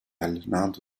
allenato